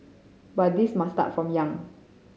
but this must start from young